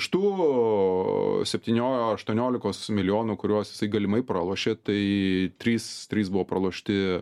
iš tų spetynio aštuoniolikos milijonų kuriuos jisai galimai pralošė tai trys trys buvo pralošti